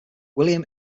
william